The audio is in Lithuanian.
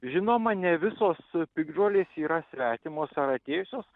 žinoma ne visos piktžolės yra svetimos ar atėjusios